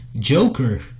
Joker